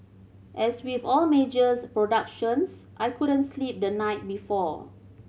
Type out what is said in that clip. as with all majors productions I couldn't sleep the night before